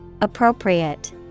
Appropriate